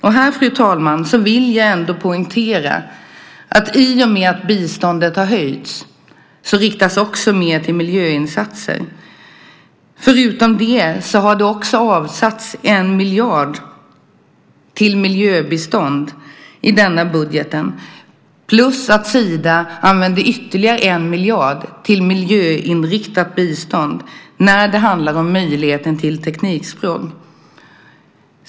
Och jag vill ändå poängtera att i och med att biståndet har höjts riktas också mer till miljöinsatser. Förutom det har det också avsatts 1 miljard till miljöbistånd i denna budget plus att Sida använder ytterligare 1 miljard till miljöinriktat bistånd när det handlar om möjligheten till tekniksprång.